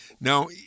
Now